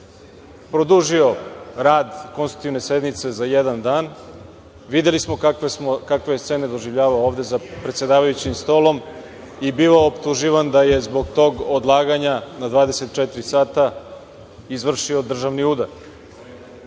produžio rad Konstitutivne sednice za jedan dan. Videli smo kakve je scene doživljavao ovde za predsedavajućim stolom i bio optuživan da je zbog tog odlaganja na 24 sata izvršio državni udar.